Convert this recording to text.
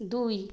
দুই